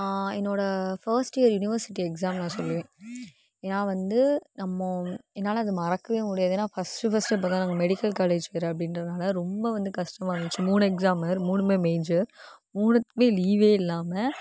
என்னோட first year university examination ஏன்னா வந்து நம்ம என்னால் அதை மறக்கவே முடியாது ஏன்னா ஃபர்ஸ்ட் ஃபர்ஸ்ட் இப்போதான் மெடிக்கல் காலேஜ் போறேன் அப்படின்றதுனால ரொம்ப வந்து கஷ்டமாக இருந்துச்சு மூணு எக்ஸாம் மூணுமே மேஜர் மூணுத்துக்கும் லீவே இல்லாமல்